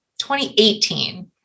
2018